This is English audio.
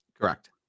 Correct